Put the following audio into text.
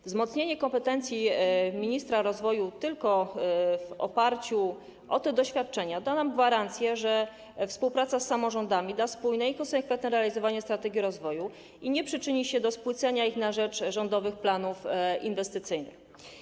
Wzmocnienie kompetencji ministra rozwoju tylko w oparciu o te doświadczenia da nam gwarancję, że współpraca z samorządami da spójne i konsekwentne realizowanie strategii rozwoju i nie przyczyni się do spłycenia ich na rzecz rządowych planów inwestycyjnych.